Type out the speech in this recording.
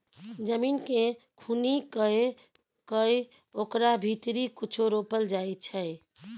जमीन केँ खुनि कए कय ओकरा भीतरी कुछो रोपल जाइ छै